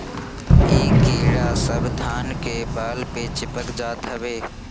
इ कीड़ा सब धान के बाल पे चिपक जात हवे